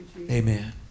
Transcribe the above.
Amen